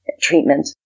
treatment